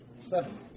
Seven